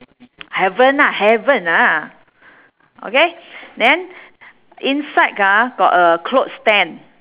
haven't ah haven't ah okay then inside ah got a clothes stand